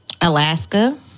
Alaska